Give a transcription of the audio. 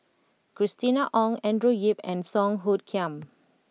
Christina Ong Andrew Yip and Song Hoot Kiam